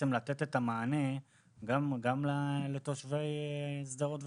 לתת את המענה גם לתושבי שדרות והעוטף.